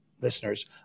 listeners